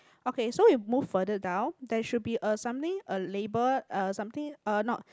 okay so you move further down there should be a something a label a something a not